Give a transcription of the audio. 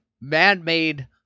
man-made